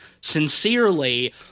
sincerely